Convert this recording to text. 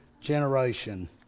generation